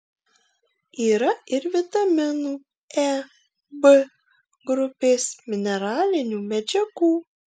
yra ir vitaminų e b grupės mineralinių medžiagų